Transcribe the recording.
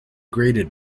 grated